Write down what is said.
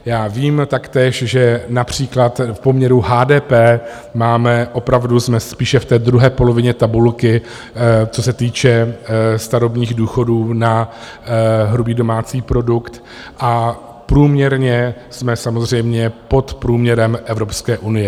Já vím taktéž, že například v poměru HDP máme, opravdu jsme spíše v té druhé polovině tabulky, co se týče starobních důchodů na hrubý domácí produkt, a průměrně jsme samozřejmě pod průměrem Evropské unie.